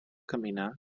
caminar